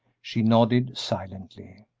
she nodded silently.